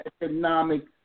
economic